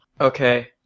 Okay